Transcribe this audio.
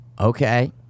Okay